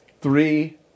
three